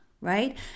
right